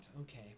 Okay